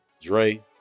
Dre